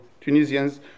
Tunisians